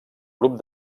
grup